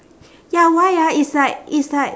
ya why ah it's like it's like